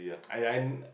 as in and